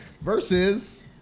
versus